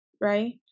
right